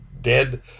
dead